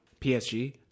PSG